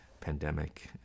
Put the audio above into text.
pandemic